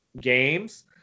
games